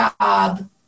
job